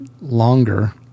longer